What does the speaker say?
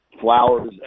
Flowers